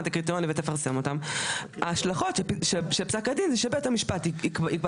את הקריטריונים ותפרסם אותם ההשלכות של פסק הדין זה שבית המשפט יקבע